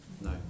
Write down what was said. No